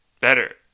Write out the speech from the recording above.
better